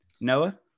Noah